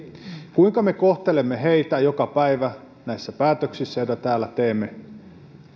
kuinka me kohtelemme heitä joka päivä näissä päätöksissä joita täällä teemme